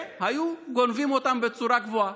הם היו גונבים מהם בצורה קבועה.